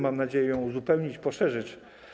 Mam nadzieję ją uzupełnić, poszerzyć.